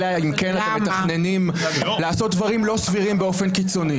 אלא אם כן אתם מתכננים לעשות דברים לא סבירים באופן קיצוני.